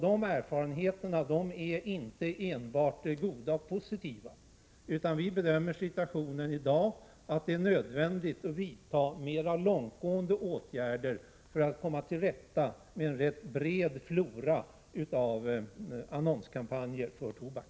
Dessa erfarenheter är inte enbart goda och positiva. Vi bedömer att situationen i dag är sådan att det är nödvändigt att vidta mera långtgående åtgärder för att komma till rätta med den ganska stora floran av annonskampanjer för tobak.